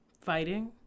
Fighting